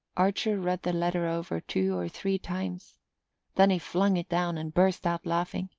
archer read the letter over two or three times then he flung it down and burst out laughing.